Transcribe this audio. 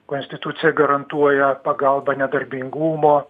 konstitucija garantuoja pagalbą nedarbingumo